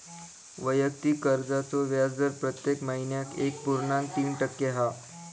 वैयक्तिक कर्जाचो व्याजदर प्रत्येक महिन्याक एक पुर्णांक तीन टक्के हा